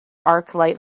arclight